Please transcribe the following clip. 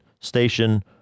station